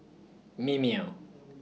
Mimeo